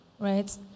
right